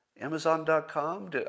Amazon.com